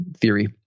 theory